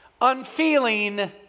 unfeeling